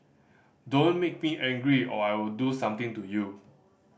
don't make me angry or I'll do something to you